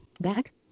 Back